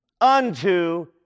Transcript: unto